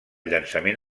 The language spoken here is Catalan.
llançament